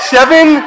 Seven